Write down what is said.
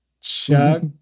Chuck